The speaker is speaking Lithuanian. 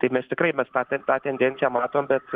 tai mes tikrai mes tą tą tendenciją matom bet